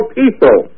people